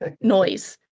noise